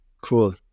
Cool